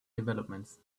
developments